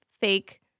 fake